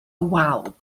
wal